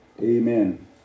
Amen